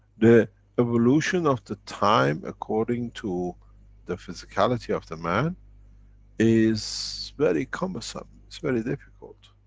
the evolution of the time according to the physicality of the man is very cumbersome. it's very difficult.